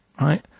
right